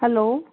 hello